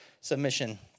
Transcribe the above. submission